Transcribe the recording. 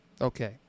Okay